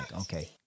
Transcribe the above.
okay